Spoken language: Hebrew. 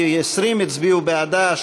כי 20 הצביעו בעדה,